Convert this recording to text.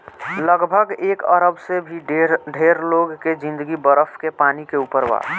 लगभग एक अरब से भी ढेर लोग के जिंदगी बरफ के पानी के ऊपर बा